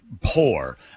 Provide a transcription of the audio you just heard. poor